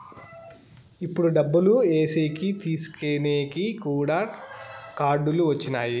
ఇప్పుడు డబ్బులు ఏసేకి తీసుకునేకి కూడా కార్డులు వచ్చినాయి